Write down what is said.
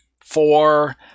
four